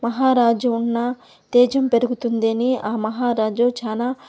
మహారాజు ఉన్న తేజం పెరుగుతుందని ఆ మహారాజు చానా